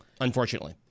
unfortunately